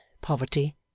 Poverty